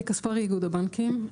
כספרי, איגוד הבנקים.